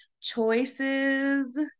choices